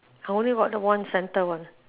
I only got the one centre one